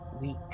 week